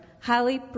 highly